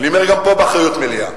אני אומר גם פה באחריות מלאה: